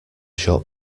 shot